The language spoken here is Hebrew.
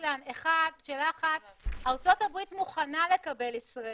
אילן: שאלה אחת ארצות-הברית מוכנה לקבל ישראלים,